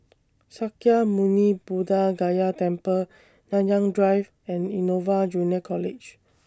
Sakya Muni Buddha Gaya Temple Nanyang Drive and Innova Junior College